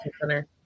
center